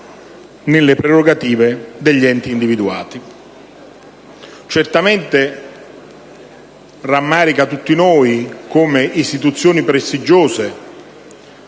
nelle prerogative degli enti individuati. Certamente rammarica tutti noi il fatto che istituzioni prestigiose,